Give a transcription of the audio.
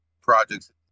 projects